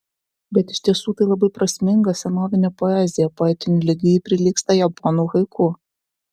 bet iš tiesų tai labai prasminga senovinė poezija poetiniu lygiu ji prilygsta japonų haiku